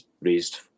raised